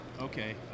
Okay